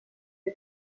fer